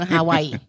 Hawaii